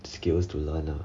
skills to learn lah